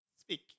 speak